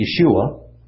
Yeshua